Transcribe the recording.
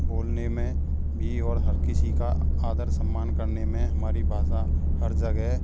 बोलने में भी और हर किसी का आदर सम्मान करने में हमारी भाषा हर जगह